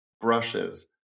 brushes